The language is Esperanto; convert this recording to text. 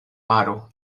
maro